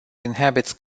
inhabits